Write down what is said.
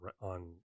on